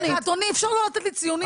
אדוני, אפשר לא לתת לי ציונים?